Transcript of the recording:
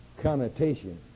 connotation